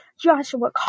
Joshua